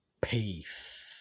Peace